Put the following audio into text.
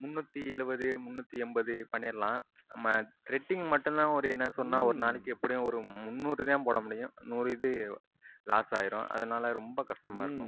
முன்னூற்றி எழுபது முன்னூற்றி எண்பது பண்ணிடலாம் நம்ம த்ரெடிங் மட்டும் தான் ஒரு என்ன சொல்லணும்னா ஒரு நாளைக்கு எப்படியும் ஒரு முன்னூறு தான் போட முடியும் நூறு இது லாஸ் ஆயிடும் அதனால் ரொம்ப கஷ்டமாக இருக்கும்